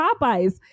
Popeye's